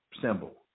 symbol